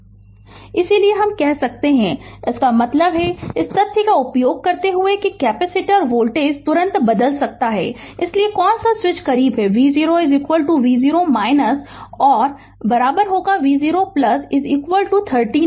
Refer Slide Time 2140 इसलिए कह सकते है कि इसका मतलब है इस तथ्य का उपयोग करते हुए कि कैपेसिटर वोल्टेज तुरंत नहीं बदल सकता है इसलिए कौन सा स्विच करीब है v0 v0 v0 30 वोल्ट